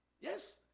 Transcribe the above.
Yes